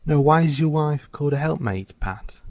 now, why is yer wife called a helpmate, pat?